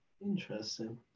Interesting